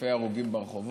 אלפי הרוגים ברחובות,